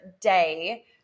day